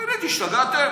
באמת, השתגעתם?